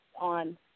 on